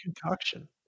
concoction